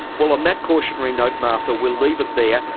well on that cautionary note martha we'll leave it there.